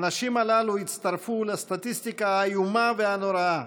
הנשים הללו הצטרפו לסטטיסטיקה האיומה והנוראה,